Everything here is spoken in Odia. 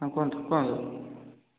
ହଁ କୁହନ୍ତୁ କୁହନ୍ତୁ